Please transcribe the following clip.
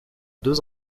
deux